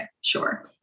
sure